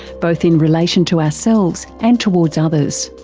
both in relation to ourselves and towards others.